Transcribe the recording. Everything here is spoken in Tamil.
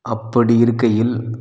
அப்படி இருக்கையில்